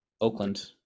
Oakland